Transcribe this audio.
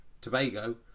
tobago